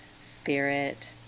spirit